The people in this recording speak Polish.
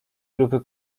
grupy